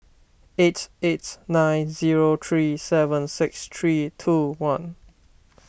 eight eight nine zero three seven six three two one